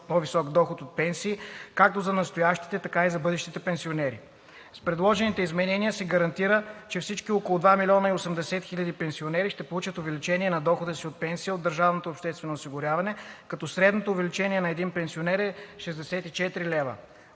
по-висок доход от пенсии както за настоящите, така и за бъдещите пенсионери. С предложените изменения се гарантира, че всички около два милиона и осемдесет хиляди пенсионери ще получат увеличение на дохода си от пенсия от държавното обществено осигуряване, като средното увеличение на един пенсионер е 64 лв.